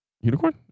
Unicorn